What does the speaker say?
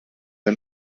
wir